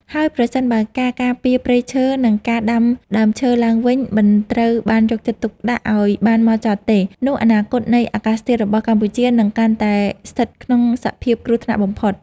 ហើយប្រសិនបើការការពារព្រៃឈើ និងការដាំដើមឈើឡើងវិញមិនត្រូវបានយកចិត្តទុកដាក់ឱ្យបានហ្មត់ចត់ទេ នោះអនាគតនៃអាកាសធាតុរបស់កម្ពុជានឹងកាន់តែស្ថិតក្នុងសភាពគ្រោះថ្នាក់បំផុត។